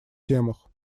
темах